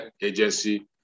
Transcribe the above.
agency